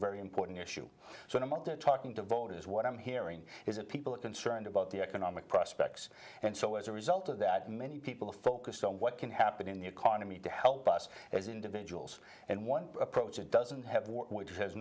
very important issue when i'm up there talking to voters what i'm hearing is that people are concerned about the economic prospects and so as a result of that many people focus on what can happen in the economy to help us as individuals and one approach that doesn't have work which has